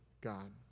God